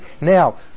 Now